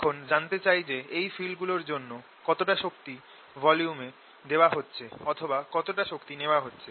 এখন জানতে চাই যে এই ফিল্ডগুলোর জন্য কতটা শক্তি ভলিউমে দেওয়া হচ্ছে অথবা কতটা শক্তি নেওয়া হচ্ছে